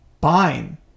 fine